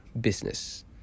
business